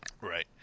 Right